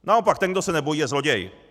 Naopak ten kdo se nebojí, je zloděj.